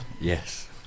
Yes